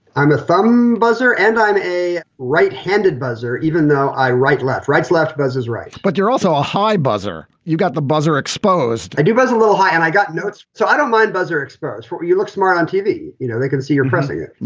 i'm a thumb buzzer and i'm a right handed buzzer. even though i right, left, right, left. buzzes right but you're also a high buzzer. you've got the buzzer exposed i do. a little high. and i got notes, so i don't mind. buzzer expose. you look smart on tv. you know, they can see your pressing it.